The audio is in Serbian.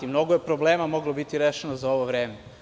Mnogo je problema moglo biti rešeno za ovo vreme.